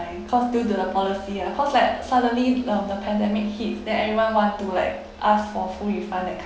because due to the policy lah cause like suddenly um the pandemic hit then everyone want to like ask for full refund that kind